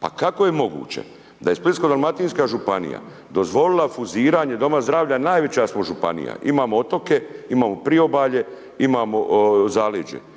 Pa kako je moguće da je Splitsko-dalmatinska županija dozvolila fuziranje doma zdravlja a najveća smo županija. Imamo otoke, imamo priobalje, imamo zaleđe,